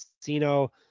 Casino